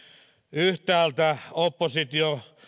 yhtäältä oppositio